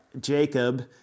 Jacob